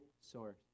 source